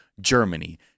Germany